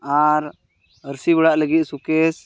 ᱟᱨ ᱟᱹᱨᱥᱤ ᱵᱟᱲᱟᱜ ᱞᱟᱹᱜᱤᱫ ᱥᱩᱠᱮᱥ